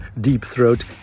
deep-throat